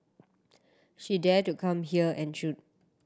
she dare to come here and shoot